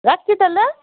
রাখছি তাহলে